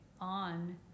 on